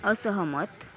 असहमत